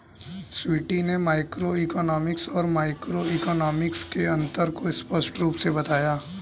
स्वीटी ने मैक्रोइकॉनॉमिक्स और माइक्रोइकॉनॉमिक्स के अन्तर को स्पष्ट रूप से बताया